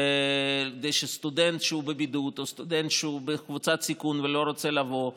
וכדי שסטודנט שהוא בבידוד או סטודנט שהוא בקבוצת סיכון ולא רוצה לבוא,